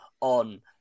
on